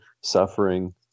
suffering